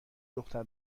دختر